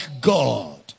God